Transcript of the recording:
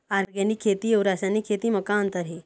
Organic खेती अउ रासायनिक खेती म का अंतर हे?